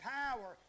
power